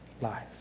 life